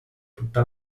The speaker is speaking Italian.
tutta